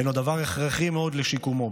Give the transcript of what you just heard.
הינו דבר הכרחי מאוד לשיקומו.